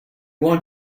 want